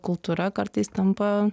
kultūra kartais tampa